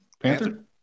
Panther